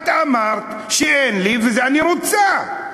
את אמרת אין לי ואני רוצה.